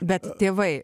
bet tėvai